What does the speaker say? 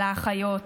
על האחיות,